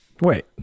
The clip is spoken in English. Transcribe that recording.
wait